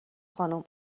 خانم